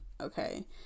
okay